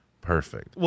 perfect